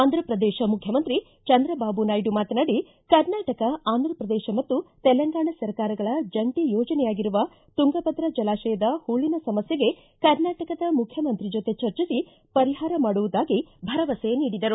ಆಂಧ್ರಪ್ರದೇಶದ ಮುಖ್ಯಮಂತ್ರಿ ಚಂದ್ರಬಾಬು ನಾಯ್ದು ಮಾತನಾಡಿ ಕರ್ನಾಟಕ ಆಂಧ್ರಪ್ರದೇಶ ಮತ್ತು ತೆಲಂಗಾಣ ಸರಕಾರಗಳ ಜಂಟ ಯೋಜನೆಯಾಗಿರುವ ತುಂಗಭದ್ರಾ ಜಲಾಶಯದ ಹೂಳಿನ ಸಮಸ್ಥೆಗೆ ಕರ್ನಾಟಕದ ಮುಖ್ಯಮಂತ್ರಿ ಜೊತೆ ಚರ್ಚಿಸಿ ಪರಿಹಾರ ಮಾಡುವುದಾಗಿ ಭರವಸೆ ನೀಡಿದರು